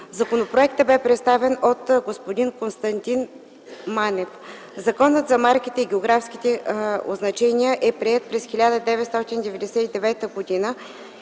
Законопроектът бе представен от господин Костадин Манев. Законът за марките и географските означения е приет през 1999 г.